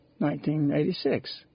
1986